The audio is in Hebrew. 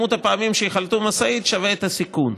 מספר הפעמים שיחלטו משאית, שווה את הסיכון.